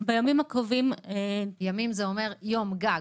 המקצועיים יתייחסו.